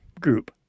group